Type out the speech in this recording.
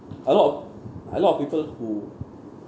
a lot of a lot of people who